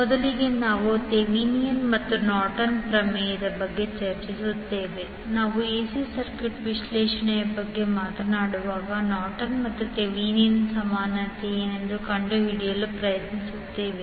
ಮೊದಲಿಗೆ ನಾವು ಥೆವೆನಿನ್ ಮತ್ತು ನಾರ್ಟನ್ ಪ್ರಮೇಯದThevenin and Norton's theorem ಬಗ್ಗೆ ಚರ್ಚಿಸುತ್ತೇವೆ ನಾವು ac ಸರ್ಕ್ಯೂಟ್ ವಿಶ್ಲೇಷಣೆಯ ಬಗ್ಗೆ ಮಾತನಾಡುವಾಗ ನಾರ್ಟನ್ ಮತ್ತು ಥೆವೆನಿನ್ ಸಮಾನತೆ ಏನೆಂದು ಕಂಡುಹಿಡಿಯಲು ಪ್ರಯತ್ನಿಸುತ್ತೇವೆ